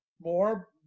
more